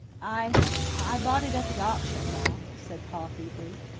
i i bought it at the auction, ma, said pa feebly.